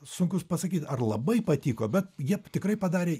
sunkus pasakyt ar labai patiko bet jie tikrai padarė